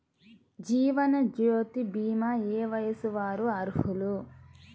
జీవనజ్యోతి భీమా ఏ వయస్సు వారు అర్హులు?